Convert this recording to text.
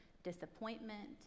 disappointment